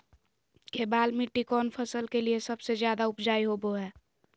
केबाल मिट्टी कौन फसल के लिए सबसे ज्यादा उपजाऊ होबो हय?